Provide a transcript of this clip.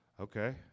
Okay